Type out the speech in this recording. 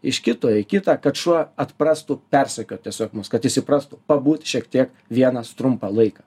iš kito į kitą kad šuo atprastų persekiot tiesiog mus kad įprastų pabūt šiek tiek vienas trumpą laiką